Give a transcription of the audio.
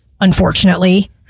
unfortunately